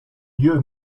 dieu